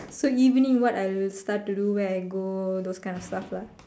so evening what I'll start to do where I go those kind of stuff lah